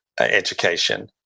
education